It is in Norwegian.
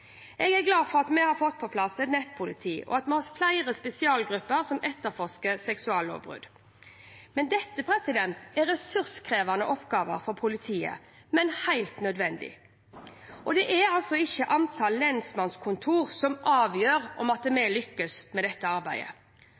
Jeg er glad for at vi har fått på plass et nettpoliti, og at vi har flere spesialgrupper som etterforsker seksuallovbrudd. Dette er ressurskrevende oppgaver for politiet, men helt nødvendig. Det er ikke antall lensmannskontor som avgjør om vi lykkes med dette arbeidet.